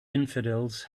infidels